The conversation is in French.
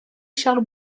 charles